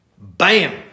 Bam